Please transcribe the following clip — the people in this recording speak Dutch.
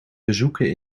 bezoeken